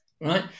right